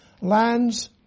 lands